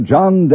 John